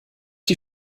die